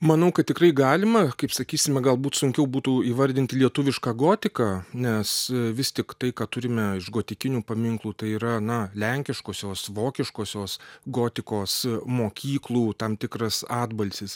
manau kad tikrai galima kaip sakysime galbūt sunkiau būtų įvardinti lietuvišką gotiką nes vis tiktai ką turime iš gotikinių paminklų tai yra na lenkiškosios vokiškosios gotikos mokyklų tam tikras atbalsis